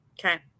Okay